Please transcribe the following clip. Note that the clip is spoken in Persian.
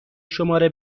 شماره